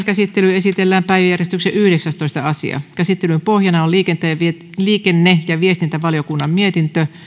käsittelyyn esitellään päiväjärjestyksen yhdeksästoista asia käsittelyn pohjana on liikenne ja viestintävaliokunnan mietintö